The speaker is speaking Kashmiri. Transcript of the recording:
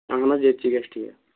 اہن حظ ییٚتہِ چی گژھِ ٹھیٖک